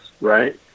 Right